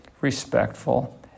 respectful